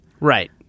right